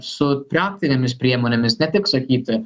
su praktinėmis priemonėmis ne tik sakyti